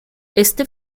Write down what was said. este